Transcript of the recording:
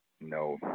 no